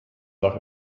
nach